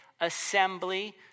assembly